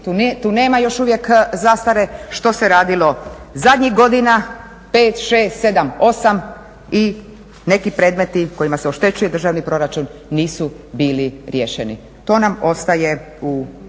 tu nema još uvijek zastare, što se radilo zadnjih godina 5, 6, 7, 8 i neki predmeti kojima se oštećuje državni proračun nisu bili riješeni. To nam ostaje